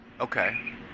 Okay